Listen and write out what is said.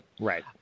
Right